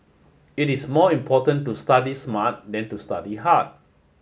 it is more important to study smart than to study hard